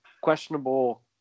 questionable